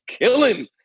killing